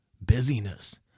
busyness